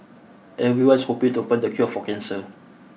everyone's hoping to find the cure for cancer